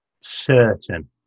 certain